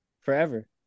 Forever